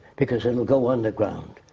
because it will go underground.